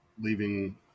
leaving